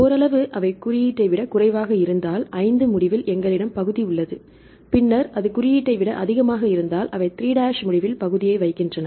ஓரளவு அவை குறியீட்டை விட குறைவாக இருந்தால் 5 'முடிவில் எங்களிடம் பகுதி உள்ளது பின்னர் அது குறியீட்டை விட அதிகமாக இருந்தால் அவை 3' முடிவில் பகுதியை வைக்கின்றன